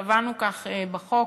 קבענו כך בחוק.